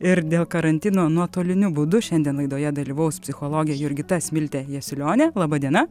ir dėl karantino nuotoliniu būdu šiandien laidoje dalyvaus psichologė jurgita smiltė jasiulionė laba diena